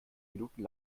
minuten